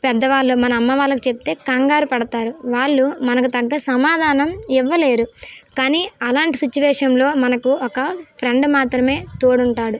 పెద్దవాళ్ళు మన అమ్మవాళ్ళకి చెప్తే కంగారు పడతారు వాళ్ళు మనకు తగ్గ సమాధానం ఇవ్వలేరు కానీ అలాంటి సిచ్యువేషన్లో మనకి ఒక ఫ్రెండ్ మాత్రమే తోడుంటాడు